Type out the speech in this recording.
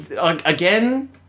again